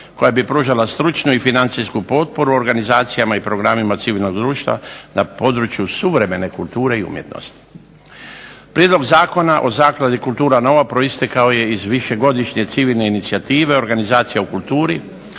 koja bi pružala stručnu i financijsku potpore organizacijama i programima civilnog društva na području suvremene kulture i umjetnosti. Prijedlog Zakona o zakladi "Kultura nova" proistekao je iz višegodišnje civilne inicijative organizacija u kulturi,